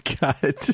God